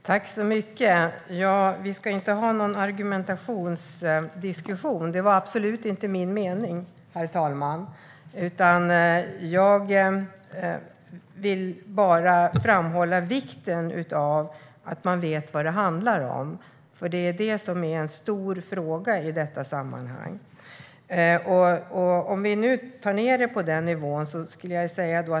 Herr talman! Vi ska inte ha någon argumentationsdiskussion. Det var absolut inte min mening, herr talman. Jag vill bara framhålla vikten av att man vet vad detta handlar om, för det är det som är en stor fråga i detta sammanhang.